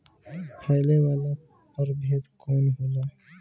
फैले वाला प्रभेद कौन होला?